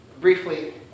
briefly